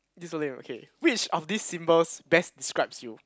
this so lame okay which of this symbols best describes you